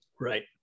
Right